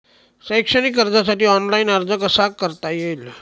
शैक्षणिक कर्जासाठी ऑनलाईन अर्ज कसा करता येईल?